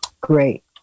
great